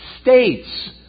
states